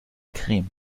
creme